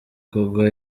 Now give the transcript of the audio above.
kugwa